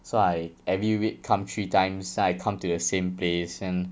so I every week come three times then I come to the same place and